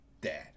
dad